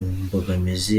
mbogamizi